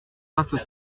vingt